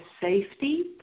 safety